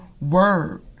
word